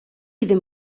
ddim